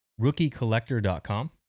rookiecollector.com